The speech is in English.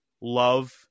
love